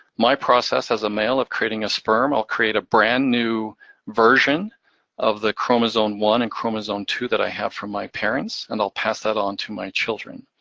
my process as a male of creating a sperm, i'll create brand new version of the chromosome one and chromosome two that i have from my parents, and i'll pass that onto my children.